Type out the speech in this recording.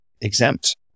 exempt